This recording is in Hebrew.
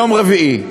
יום רביעי.